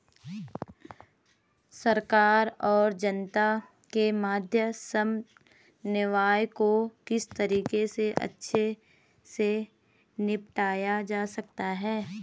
सरकार और जनता के मध्य समन्वय को किस तरीके से अच्छे से निपटाया जा सकता है?